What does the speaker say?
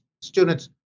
students